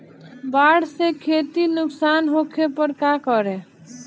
बाढ़ से खेती नुकसान होखे पर का करे?